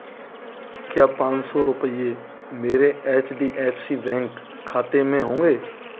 क्या पाँच सौ रुपये मेरे H D F C bank खाते में होंगे